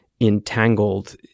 entangled